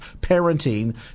parenting